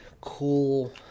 cool